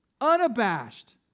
Unabashed